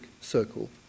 circle